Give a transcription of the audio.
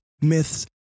myths